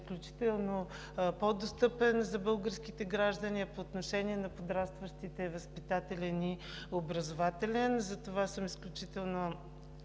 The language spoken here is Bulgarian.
изключително по-достъпен за българските граждани, а по отношение на подрастващите е възпитателен и образователен. Затова съм изключително